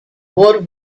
war